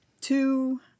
two